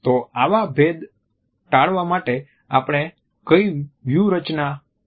તો આવા ભેદ ટાળવા માટે આપણે કઈ વ્યૂહરચના અપનાવી શકીએ